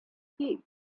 creed